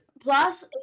Plus